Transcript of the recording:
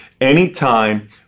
anytime